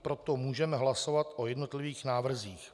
Proto můžeme hlasovat o jednotlivých návrzích.